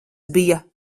bija